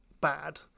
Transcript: bad